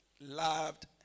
loved